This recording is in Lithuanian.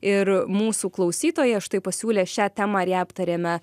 ir mūsų klausytoja štai pasiūlė šią temą ir ją aptarėme